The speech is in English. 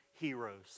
heroes